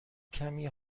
کمی